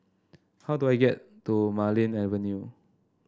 how do I get to Marlene Avenue